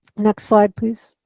next slide, please.